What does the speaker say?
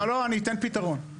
אני אתן פתרון.